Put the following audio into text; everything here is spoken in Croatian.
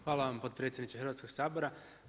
Hvala vam potpredsjedniče Hrvatskog sabora.